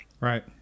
Right